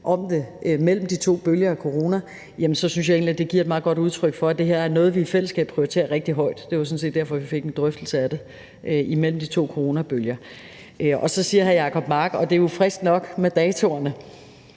om det mellem de to bølger af corona, så synes jeg egentlig, at det er et meget godt udtryk for, at det her er noget, vi i fællesskab prioriterer rigtig højt. Det var sådan set derfor, at vi fik en drøftelse af det imellem de to coronabølger. Så siger hr. Jacob Mark frisk nok det med datoerne.